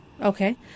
Okay